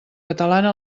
catalana